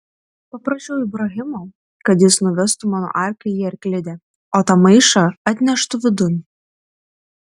paprašiau ibrahimo kad jis nuvestų mano arklį į arklidę o tą maišą atneštų vidun